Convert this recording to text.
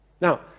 Now